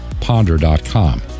ponder.com